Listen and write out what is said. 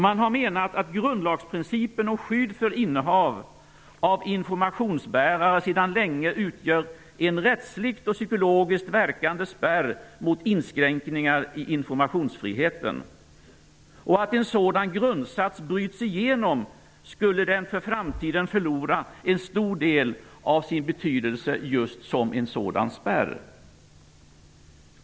Man har menat att grundlagsprincipen om skydd för innehav av informationsbärare sedan länge utgör en rättsligt och psykologiskt verkande spärr mot inskränkningar i informationsfriheten. Om en sådan grundsats bryts igenom skulle den för framtiden förlora en stor del av sin betydelse som sådan spärr.